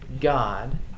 God